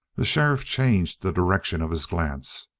the sheriff changed the direction of his glance.